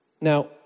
Now